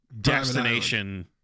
destination